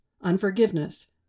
unforgiveness